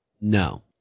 No